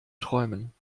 träumen